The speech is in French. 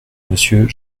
monsieur